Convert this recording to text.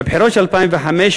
בבחירות של 2005,